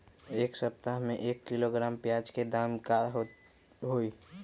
एक सप्ताह में एक किलोग्राम प्याज के दाम का होई?